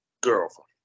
girlfriend